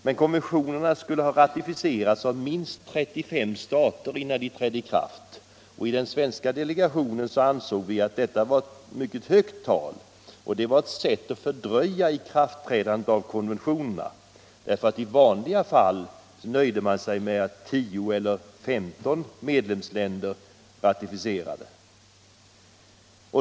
Men konventionerna skulle ha ratificerats av minst 35 stater, innan de trädde i kraft. I den svenska delegationen ansåg vi att detta mycket höga tal var ett sätt att fördröja i kraftträdandet av konventionerna. I vanliga fall nöjde man sig med att 10 eller 15 medlemsländer ratificerade.